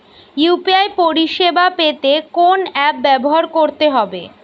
UPI পরিসেবা পেতে কোন অ্যাপ ব্যবহার করতে হবে?